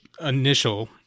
initial